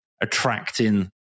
attracting